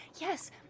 Yes